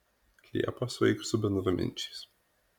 liepą sueik su bendraminčiais